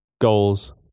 goals